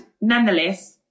nonetheless